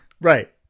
Right